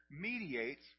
mediates